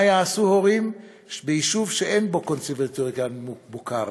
מה יעשו הורים ביישוב שאין בו קונסרבטוריון מוכר?